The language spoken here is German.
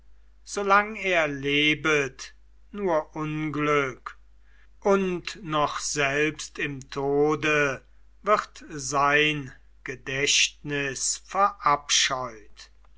solang er lebet nur unglück und noch selbst im tode wird sein gedächtnis verabscheut